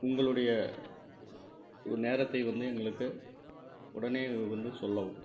உங்களுடைய நேரத்தை வந்து எங்களுக்கு உடனே வந்து சொல்லவும்